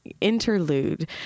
interlude